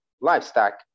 livestock